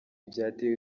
byateje